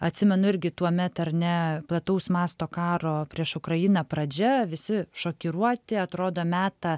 atsimenu irgi tuomet ar ne plataus masto karo prieš ukrainą pradžia visi šokiruoti atrodo meta